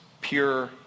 pure